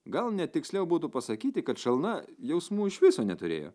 gal net tiksliau būtų pasakyti kad šalna jausmų iš viso neturėjo